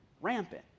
rampant